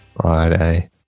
Friday